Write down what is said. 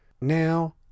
Now